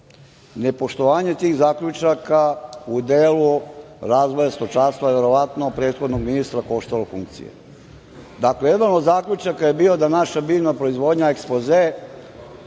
Nepoštovanje tih zaključaka u delu razvoja stočarstva verovatno je prethodnog ministra koštalo funkcije. Dakle, jedan od zaključaka je bio da naša biljna proizvodnja, ekspoze